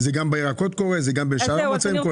זה קורה גם בירקות וגם בשאר המוצרים,